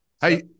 Hey